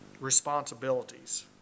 responsibilities